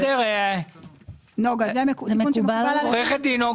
זה ברור?